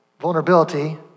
vulnerability